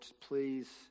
please